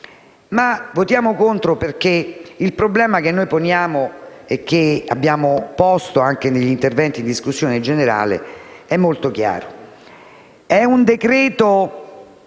in esame, perché il problema che poniamo e che abbiamo posto anche negli interventi in discussione generale è molto chiaro.